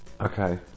okay